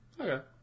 Okay